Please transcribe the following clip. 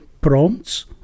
prompts